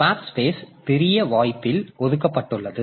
எனவே swap space பெரிய வாய்ப்பில் ஒதுக்கப்பட்டுள்ளது